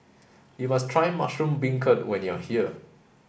you must try mushroom beancurd when you are here